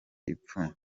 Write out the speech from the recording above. ipfunwe